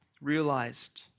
realized